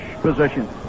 position